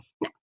no